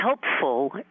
helpful